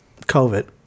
COVID